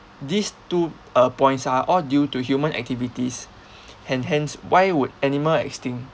these two uh points are all due to human activities and hence why would animal extinct